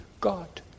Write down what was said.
God